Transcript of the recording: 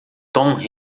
tom